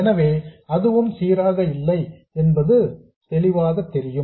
எனவே அதுவும் சீராக இல்லை என்பது தெளிவாக தெரியும்